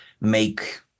make